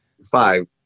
five